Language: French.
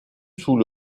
sous